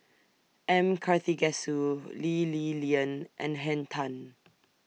M Karthigesu Lee Li Lian and Henn Tan